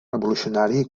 revolucionari